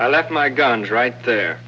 i left my guns right there